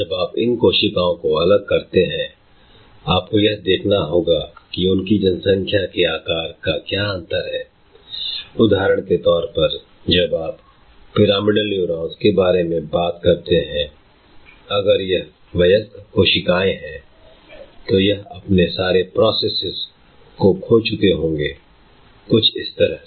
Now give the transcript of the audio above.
जब आप इन कोशिकाओं को अलग करते हैं आपको यह देखना होगा कि उनकी जनसंख्या के आकार का क्या अंतर है I उदाहरण के तौर पर जब आप पिरामिडल NEURONS के बारे में बात करते हैं अगर यह वयस्क कोशिकाएं हैं तो यह अपने सारे PROCESSESS खो चुके होंगे कुछ इस तरह